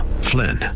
Flynn